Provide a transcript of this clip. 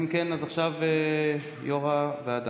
אם כן, עכשיו יו"ר הוועדה.